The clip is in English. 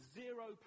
zero